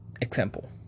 Example